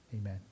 Amen